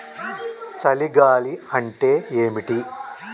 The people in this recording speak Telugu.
చలి గాలి అంటే ఏమిటి?